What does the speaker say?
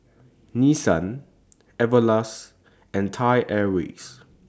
Nissan Everlast and Thai Airways